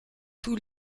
tous